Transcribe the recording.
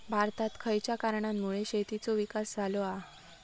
भारतात खयच्या कारणांमुळे शेतीचो विकास झालो हा?